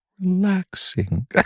relaxing